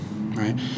right